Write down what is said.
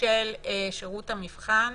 של שירות המבחן